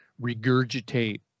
regurgitate